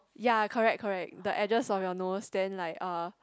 ya correct correct the edges of your nose then like uh